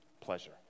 pleasure